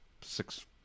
six